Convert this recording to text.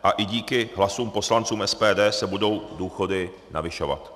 A i díky hlasům poslanců SPD se budou důchody navyšovat.